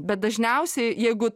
bet dažniausiai jeigu